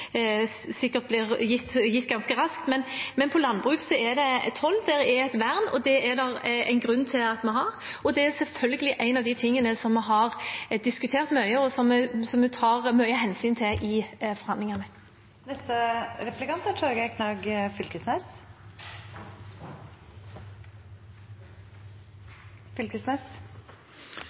sikkert blir gitt ganske raskt, men på landbruk er det toll, det er et vern, og det er det en grunn til at vi har. Det er selvfølgelig en av de tingene vi har diskutert mye, og som vi tar mye hensyn til i forhandlingene. Statsråden bedyrar at det var stor forskjell på Venstre og Framstegspartiet, men i denne saka er